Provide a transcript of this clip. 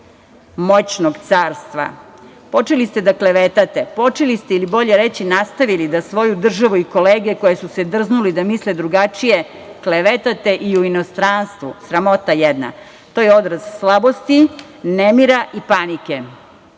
moćnog carstva. Počeli ste da klevetate. Počeli ste, ili bolje reći, nastavili da svoju državu i kolege koji su se drznuli da misle drugačije klevetate i u inostranstvu. Sramota jedna. To je odraz slabosti, nemira i panike.